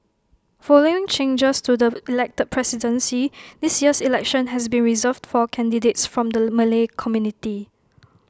following changes to the elected presidency this year's election has been reserved for candidates from the Malay community